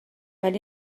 ولی